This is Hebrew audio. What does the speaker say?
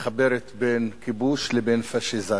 המחברת בין כיבוש לבין פאשיזציה.